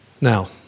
Now